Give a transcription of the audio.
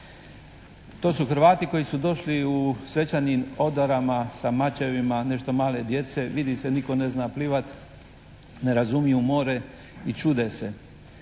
To su Hrvati koji su došli u svečanim odorama, sa mačevima, nešto male djece, vidi se nitko ne zna plivati, ne razumiju more i čude se.